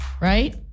right